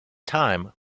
time